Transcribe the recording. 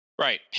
Right